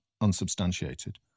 unsubstantiated